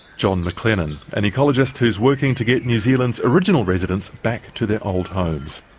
john mclennan, an ecologist who's working to get new zealand's original residents back to their old homes.